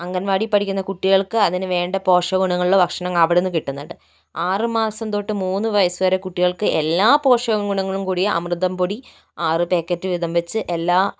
അംഗൻവാടിയിൽ പഠിക്കുന്ന കുട്ടികൾക്ക് അതിനു വേണ്ട പോഷക ഗുണങ്ങളുള്ള ഭക്ഷണങ്ങൾ അവിടെ നിന്ന് കിട്ടുന്നുണ്ട് ആറു മാസം തൊട്ട് മൂന്ന് വയസ്സ് വരെ കുട്ടികൾക്ക് എല്ലാ പോഷക ഗുണങ്ങളും കൂടിയ അമൃതം പൊടി ആറ് പാക്കറ്റ് വീതം വെച്ച് എല്ലാ